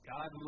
God